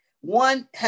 one